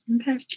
Okay